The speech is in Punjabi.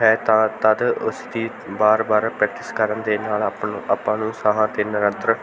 ਹੈ ਤਾਂ ਤਦ ਉਸਦੀ ਵਾਰ ਵਾਰ ਪ੍ਰੈਕਟਿਸ ਕਰਨ ਦੇ ਨਾਲ ਆਪਾਂ ਨੂੰ ਆਪਾਂ ਨੂੰ ਸਾਹਾਂ 'ਤੇ ਨਿਯੰਤਰਨ